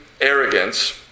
arrogance